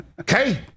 Okay